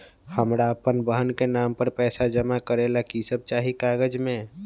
हमरा अपन बहन के नाम पर पैसा जमा करे ला कि सब चाहि कागज मे?